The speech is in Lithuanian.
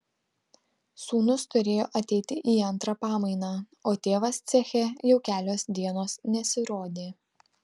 sūnus turėjo ateiti į antrą pamainą o tėvas ceche jau kelios dienos nesirodė